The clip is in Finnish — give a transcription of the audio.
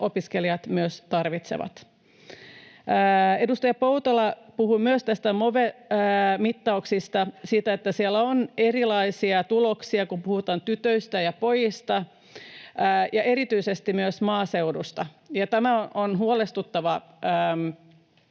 opiskelijat myös tarvitsevat. Myös edustaja Poutala puhua Move-mittauksista, siitä, että siellä on erilaisia tuloksia, kun puhutaan tytöistä ja pojista ja erityisesti myös maaseudusta, ja tämä on huolestuttava